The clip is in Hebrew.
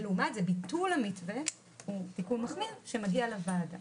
לעומת זאת ביטול המתווה הוא תיקון מחמיר שמגיע לוועדה.